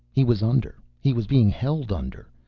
he was under. he was being held under.